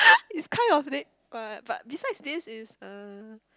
it's kind of dead what but besides this is uh